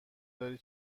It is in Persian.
داری